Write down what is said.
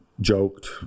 joked